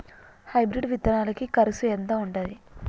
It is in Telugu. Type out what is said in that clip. హైబ్రిడ్ విత్తనాలకి కరుసు ఎంత ఉంటది?